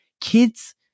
Kids